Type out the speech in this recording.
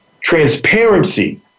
transparency